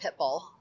Pitbull